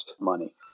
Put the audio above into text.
money